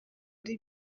ari